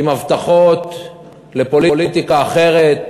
עם הבטחות לפוליטיקה אחרת,